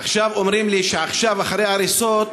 עכשיו אומרים לי שעכשיו, אחרי ההריסות,